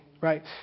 right